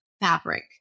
fabric